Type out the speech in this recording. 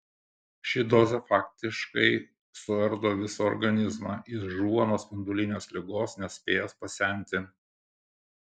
ši dozė faktiškai suardo visą organizmą jis žūva nuo spindulinės ligos nespėjęs pasenti